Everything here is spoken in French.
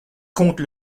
compte